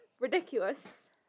ridiculous